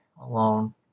alone